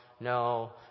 No